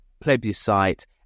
plebiscite